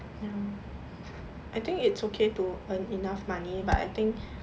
ya I think it's okay to earn enough money but I think